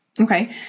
Okay